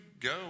go